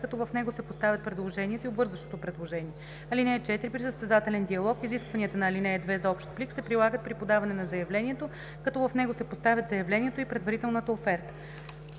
като в него се поставят предложението и обвързващото предложение. (4) При състезателен диалог изискванията на ал. 2 за общ плик се прилагат при подаване на заявлението, като в него се поставят заявлението и предварителната оферта.“